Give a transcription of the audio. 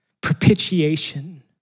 propitiation